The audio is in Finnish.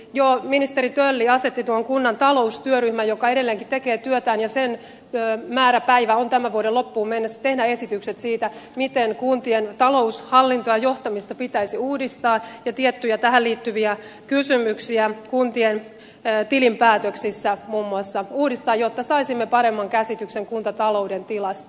jo ministeri tölli asetti tuon kunnan talous työryhmän joka edelleenkin tekee työtään ja sen määräpäivä on tämän vuoden loppuun mennessä tehdä esitykset siitä miten kuntien taloushallintoa ja johtamista pitäisi uudistaa ja tiettyjä tähän liittyviä kysymyksiä kuntien tilinpäätöksissä muun muassa jotta saisimme paremman käsityksen kuntatalouden tilasta